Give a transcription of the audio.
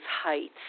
heights